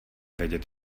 vědět